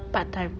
part-time